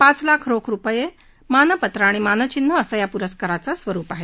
पाच लाख रोख रूपये मानपत्र आणि मानचिन्ह असं या पुरस्काराचं स्वरुप आहे